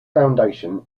foundation